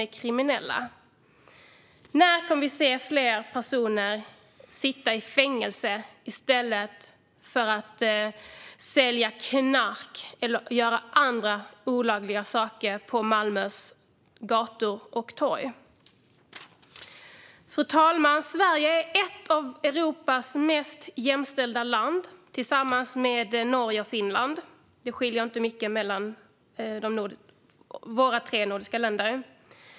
När kommer vi att se fler personer sitta i fängelse i stället för att sälja knark eller göra andra olagliga saker på Malmös gator och torg? Fru talman! Sverige är, tillsammans med Norge och Finland, ett av Europas mest jämställda länder. Det skiljer inte mycket mellan dessa tre länder.